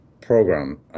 program